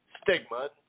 stigma